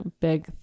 big